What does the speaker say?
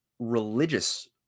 religious